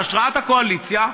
בהשראת הקואליציה,